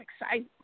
exciting